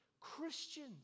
Christians